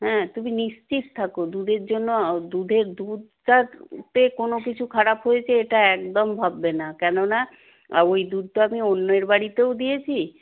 হ্যাঁ তুমি নিশ্চিত থাকো দুধের জন্য দুধের দুধটাতে কোনও কিছু খারাপ হয়েছে এটা একদম ভাববে না কেননা ওই দুধ তো আপনি অন্যের বাড়িতেও দিয়েছি